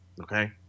okay